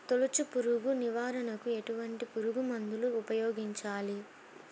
తొలుచు పురుగు నివారణకు ఎటువంటి పురుగుమందులు ఉపయోగించాలి?